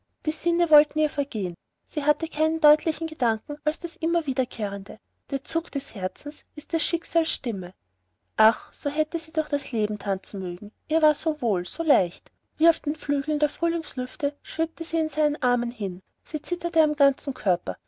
die sinne wollten ihr vergehen sie hatte keinen deutlichen gedanken als das immer wiederkehrende der zug des herzens ist des schicksals stimme ach so hätte sie durch das leben tanzen mögen ihr war so wohl so leicht wie auf den flügeln der frühlingslüfte schwebte sie in seinem arme hin sie zitterte am ganzen körper